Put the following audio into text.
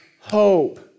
hope